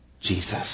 Jesus